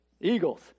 Eagles